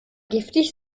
giftig